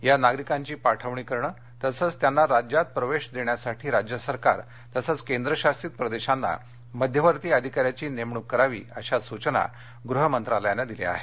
या नागरिकांची पाठवणी करणे तसेच त्याना राज्यात प्रवेश देण्यासाठी राज्य सरकार तसेच केंद्रशासित प्रदेशांना मध्यवर्ती अधिकाऱ्यांची नेमणूक करावी अशा सूचना गृह मंत्रालयाने दिल्या आहेत